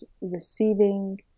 receiving